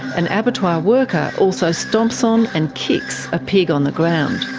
an abattoir worker also stomps on and kicks a pig on the ground.